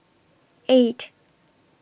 eight